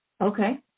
Okay